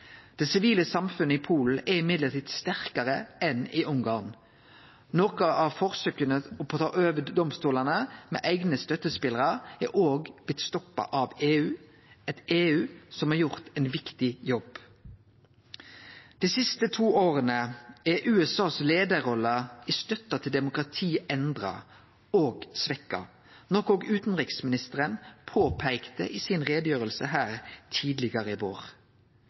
det sivile samfunnet i Polen er sterkare enn i Ungarn. Nokre av forsøka på å ta over domstolane med eigne støttespelarar er òg blitt stoppa av EU – eit EU som har gjort ein viktig jobb. Dei siste to åra er USAs leiarrolle med støtte til demokrati endra og svekt, noko òg utanriksministeren påpeikte i utgreiinga si her tidlegare i vår.